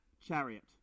chariot